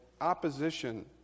opposition